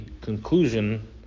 conclusion